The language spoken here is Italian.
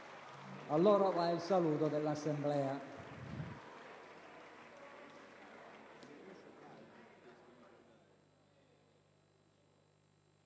A loro va il saluto dell'Assemblea.